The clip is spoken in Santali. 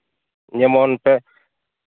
ᱡᱮᱢᱚᱱ ᱛᱮ